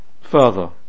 further